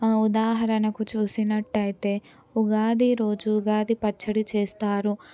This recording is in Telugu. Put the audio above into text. ఉదాహరణకు చూసినట్టయితే ఉగాది రోజు ఉగాది పచ్చడి చేస్తారు